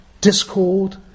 discord